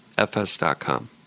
fs.com